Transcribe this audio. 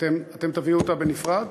אתם תביאו בנפרד?